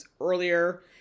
earlier